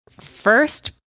first